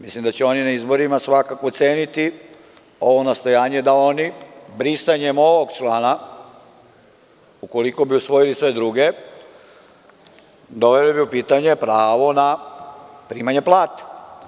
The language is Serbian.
Mislim da će oni na izborima svakako ceniti ovo nastojanje da oni, brisanjem ovog člana, ukoliko bi usvojili sve druge, doveli bi u pitanje pravo na primanje plata.